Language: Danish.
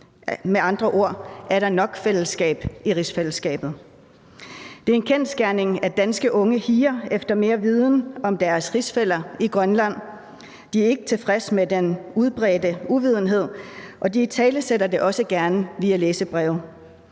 Med andre ord: Er der nok fællesskab i rigsfællesskabet? Det er en kendsgerning, at danske unge higer efter mere viden om deres rigsfæller i Grønland. De er ikke tilfredse med den udbredte uvidenhed, og de italesætter det også gerne via læserbreve.